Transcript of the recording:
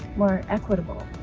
more equitable,